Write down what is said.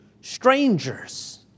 strangers